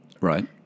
Right